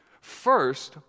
First